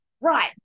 right